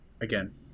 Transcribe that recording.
again